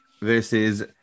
versus